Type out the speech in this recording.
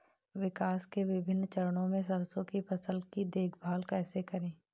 विकास के विभिन्न चरणों में सरसों की फसल की देखभाल कैसे करें?